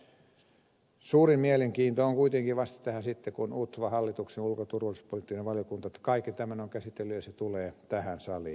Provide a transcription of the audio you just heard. mutta suurin mielenkiinto tähän on kuitenkin vasta sitten kun utva hallituksen ulko ja turvallisuuspoliittinen valiokunta kaiken tämän on käsitellyt ja se tulee tähän saliin